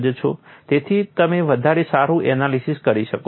તેથી તમે વધારે સારું એનાલિસીસ કરી શકો છો